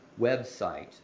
website